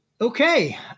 Okay